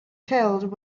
killed